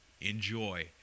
enjoy